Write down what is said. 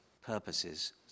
purposes